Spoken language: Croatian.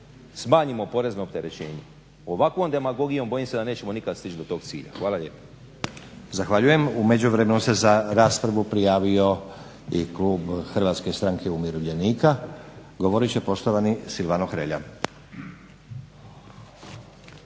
smanjimo porezno opterećenje. Ovakvom demagogijom bojim se da nećemo nikad stići do tog cilja. Hvala lijepo.